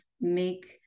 make